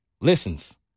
Listens